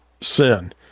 sin